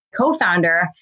co-founder